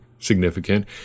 Significant